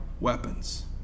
weapons